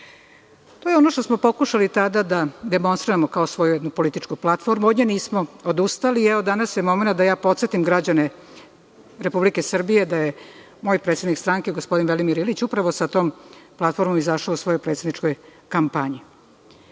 je ono što smo pokušali tada da demonstriramo kao svoju jednu političku platformu. Od nje nismo odustali i danas je momenat da ja podsetim građane Republike Srbije da je moj predsednik stranke, gospodin Velimir Ilić, upravo sa tom platformom izašao u svojoj predsedničkoj kampanji.